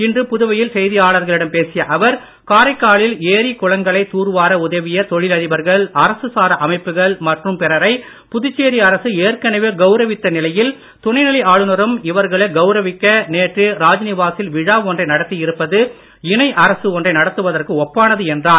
இன்று புதுவையில் செய்தியாளர்களிடம் பேசிய அவர் காரைக்காலில் ஏரி குளங்களை தூர்வார உதவிய தொழிலதிபர்கள் அரசுசாரா அமைப்புகள் மற்றும் பிறரை புதுச்சேரி அரசு ஏற்கனவே கௌரவித்துள்ள நிலையில் துணைநிலை ஆளுனரும் இவர்களை கௌரவிக்க நேற்று ராஜ்நிவா சில் விழா ஒன்றை நடத்தி இருப்பது இணை அரசு ஒன்றை நடத்துவதற்கு ஒப்பானது என்றார்